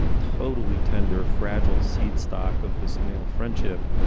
totally tender, fragile seed stock of this male friendship,